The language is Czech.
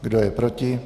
Kdo je proti?